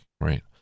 right